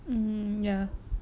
um ya